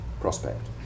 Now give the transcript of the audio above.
prospect